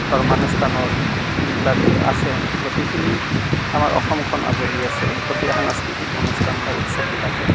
ধৰ্মানুষ্ঠানৰ যিবিলাক কিবাকিবি আছে গোটেইখিনি আমাৰ অসমখন আৱৰি আছে গোটেই সাংস্কৃতিক অনুষ্ঠানবিলাকে উৎসৱবিলাকে